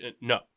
No